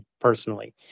personally